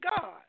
God